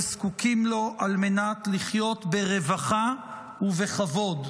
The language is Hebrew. זקוקים לו על מנת לחיות ברווחה ובכבוד.